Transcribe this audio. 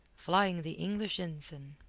flying the english ensign.